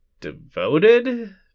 devoted